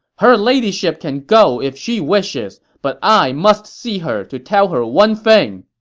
her ladyship can go if she wishes, but i must see her to tell her one thing!